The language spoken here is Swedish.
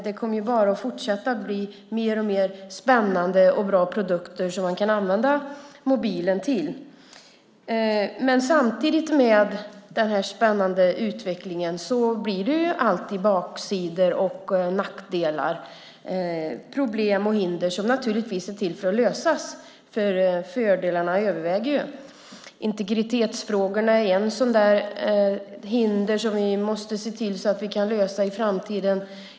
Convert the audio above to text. Det kommer bara att fortsätta och bli mer och mer spännande och bra saker som man kan använda mobilen till. Men samtidigt med den här spännande utvecklingen blir det baksidor och nackdelar. Det uppstår problem och hinder som naturligtvis är till för att lösas, för fördelarna överväger. Integritetsfrågorna är ett sådant problem som vi måste se till att vi kan lösa i framtiden.